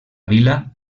vila